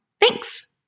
Thanks